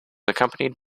accompanied